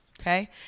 okay